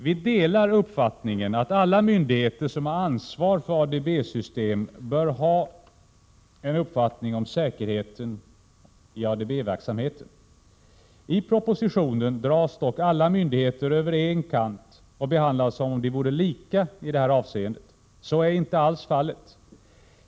Vi delar uppfattningen att alla myndigheter som har ansvar för ADB-system bör ha en uppfattning om säkerheten i ADB verksamheten. I propositionen dras dock alla myndigheter över en kam och behandlas som om de vore lika i detta avseende. Så är inte alls fallet.